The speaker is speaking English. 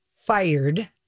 fired